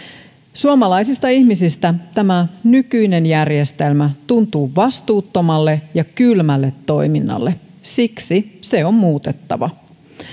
suomalaisista ihmisistä tämä nykyinen järjestelmä tuntuu vastuuttomalle ja kylmälle toiminnalle siksi se on muutettava